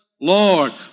Lord